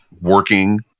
working